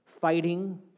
fighting